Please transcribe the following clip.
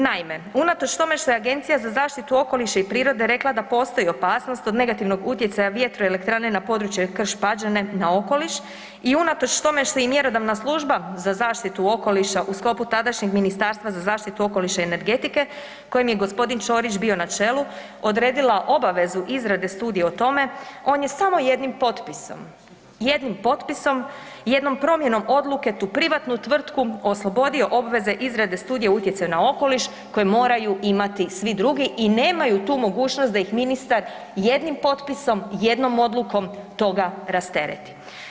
Naime, unatoč tome što je Agencija za zaštitu okoliša i prirode rekla da postoji opasnost od negativnog utjecaja vjetroelektrane na područje Krš-Pađene na okoliš i unatoč tome što im mjerodavna služba za zaštitu okoliša u sklopu tadašnjeg Ministarstva za zaštitu okoliša i energetike kojem je g. Ćorić bio na čelu, odredila obavezu izrade studije o tome, on je samo jednim potpisom, jednim potpisom i jednom promjenom odluke tu privatnu tvrtku oslobodio obveze izrade studije utjecaja na okoliš koju moraju imati svi drugi i nemaju tu mogućnost da ih ministar jednim potpisom, jednom odlukom toga rastereti.